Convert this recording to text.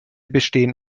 bestehen